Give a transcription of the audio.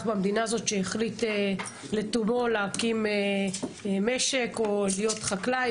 המדינה הזאת שהחליט לתומו להקים משק או להיות חקלאי,